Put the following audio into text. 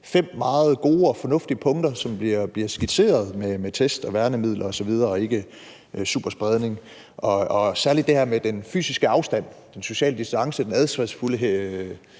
meget gode og fornuftige punkter, som bliver skitseret, med test og værnemidler osv. og ikkesuperspredning. Særlig det her med den fysiske afstand, den sociale distance, den hensynsfulde